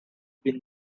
been